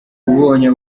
ubonye